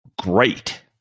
great